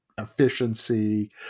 efficiency